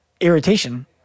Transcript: Irritation